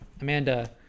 Amanda